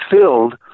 filled